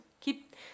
Keep